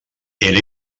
era